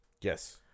yes